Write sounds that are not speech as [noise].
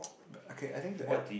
[noise] but okay I think to add